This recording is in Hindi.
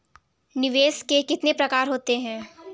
निवेश के कितने प्रकार होते हैं?